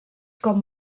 com